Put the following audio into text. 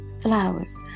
flowers